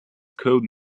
code